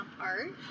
art